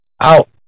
out